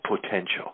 potential